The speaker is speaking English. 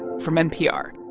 from npr